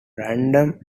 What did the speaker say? random